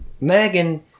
Megan